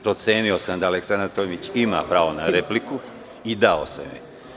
Procenio sam da Aleksandra Tomić ima pravo na repliku i dao sam je.